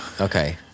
Okay